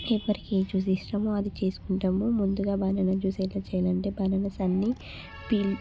ఎవరికి ఏ జ్యూస్ ఇష్టమో అది చేసుకుంటాము ముందుగా బననా జ్యూస్ ఎలా చేయాలంటే బనానాస్ అన్నీ